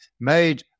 made